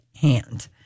hand